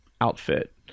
outfit